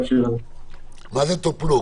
מה זה "טופלו"?